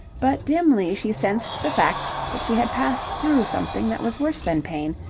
but dimly she sensed the fact that she had passed through something that was worse than pain,